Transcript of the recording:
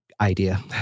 idea